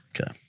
Okay